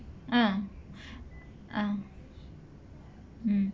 ah ah mm